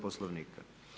Poslovnika.